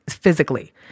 physically